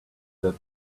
that